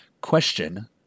Question